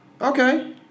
Okay